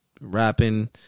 rapping